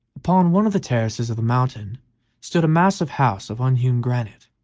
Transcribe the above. upon one of the terraces of the mountain stood a massive house of unhewn granite,